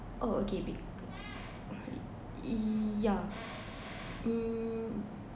oh okay yeah mm